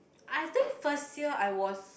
I think first year I was